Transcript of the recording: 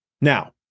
Now